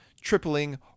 tripling